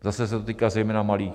Zase se to týká zejména malých.